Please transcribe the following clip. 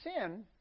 sin